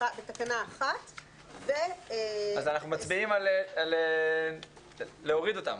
בתקנה 1. אז אנחנו מצביעים על להוריד אותם.